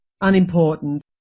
unimportant